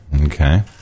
okay